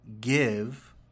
give